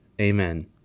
Amen